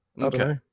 Okay